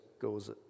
goes